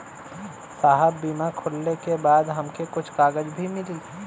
साहब बीमा खुलले के बाद हमके कुछ कागज भी मिली?